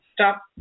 stop